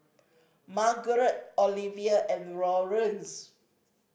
Margarette Oliva and Lawrence